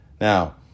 Now